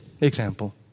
example